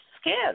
scared